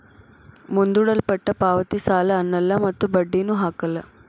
ಮುಂದೂಡಲ್ಪಟ್ಟ ಪಾವತಿ ಸಾಲ ಅನ್ನಲ್ಲ ಮತ್ತು ಬಡ್ಡಿನು ಹಾಕಲ್ಲ